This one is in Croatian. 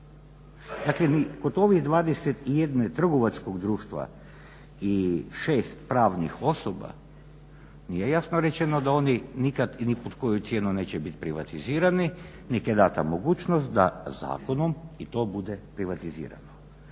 Dakle ni kod ovih 21 trgovačkog društva i 6 pravnih osoba nije jasno rečeno da oni nikad i ni pod koju cijenu neće biti privatizirani nego je dana mogućnost da zakonom i to bude privatizirano.